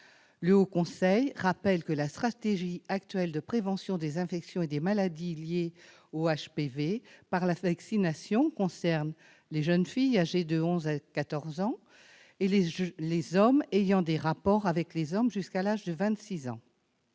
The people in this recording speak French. Le Haut Conseil rappelle que la stratégie actuelle de prévention des infections et des maladies liées aux HPV par la vaccination concerne les jeunes filles âgées de 11 ans à 14 ans, les hommes ayant des rapports avec les hommes jusqu'à l'âge de 26 ans,